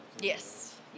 Yes